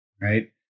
right